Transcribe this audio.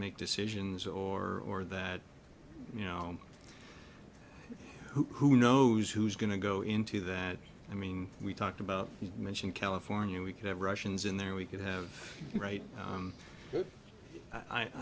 make decisions or that you know who knows who's going to go into that i mean we talked about you mentioned california we could have russians in there we could have right so i